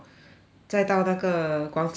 载到那个广场的外面